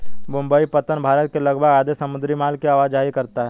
मुंबई पत्तन भारत के लगभग आधे समुद्री माल की आवाजाही करता है